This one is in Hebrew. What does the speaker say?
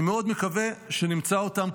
אני מאוד מקווה שנמצא אותם,